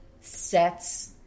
sets